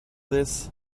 this